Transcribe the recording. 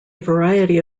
variety